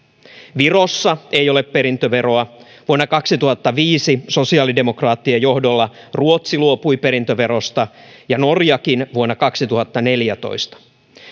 virossa ei ole perintöveroa vuonna kaksituhattaviisi sosiaalidemokraattien johdolla ruotsi luopui perintöverosta ja norjakin vuonna kaksituhattaneljätoista